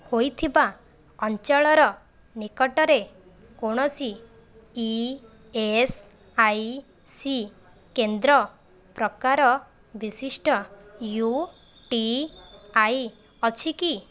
ହୋଇଥିବା ଅଞ୍ଚଳର ନିକଟରେ କୌଣସି ଇ ଏସ୍ ଆଇ ସି କେନ୍ଦ୍ର ପ୍ରକାର ବିଶିଷ୍ଟ ୟୁ ଟି ଆଇ ଅଛି କି